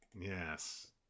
Yes